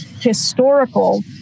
historical